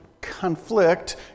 conflict